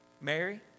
Mary